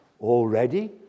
already